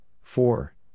four